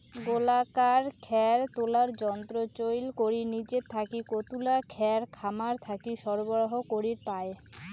গোলাকার খ্যার তোলার যন্ত্র চইল করি নিজের থাকি কতুলা খ্যার খামার থাকি সরবরাহ করির পায়?